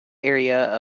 area